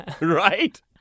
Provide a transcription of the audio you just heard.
Right